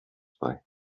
bei